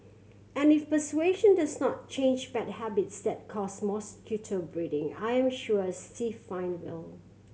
and if persuasion does not change bad habits that cause mosquito breeding I am sure a stiff fine will